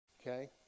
Okay